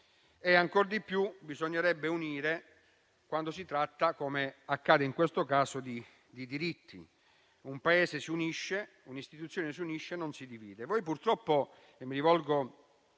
e ancor di più bisognerebbe unire, quando si tratta, come accade in questo caso, di diritti. Un Paese e un'istituzione si uniscono, non si dividono.